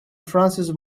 frances